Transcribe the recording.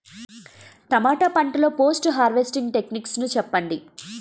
టమాటా పంట లొ post harvesting techniques చెప్పండి?